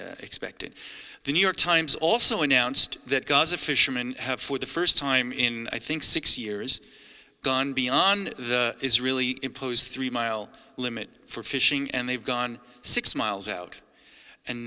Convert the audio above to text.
expected the new york times also announced that gaza fishermen have for the first time in i think six years gone beyond the israeli imposed three mile limit for fishing and they've gone six miles out and